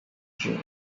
gene